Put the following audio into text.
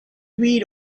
read